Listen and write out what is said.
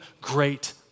great